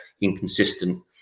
inconsistent